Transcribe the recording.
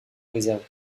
réserve